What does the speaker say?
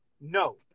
no